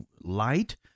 light